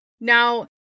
Now